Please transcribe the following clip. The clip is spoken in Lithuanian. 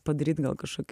padaryt gal kažkokį